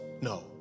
No